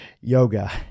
Yoga